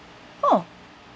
oh